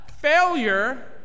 Failure